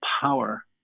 power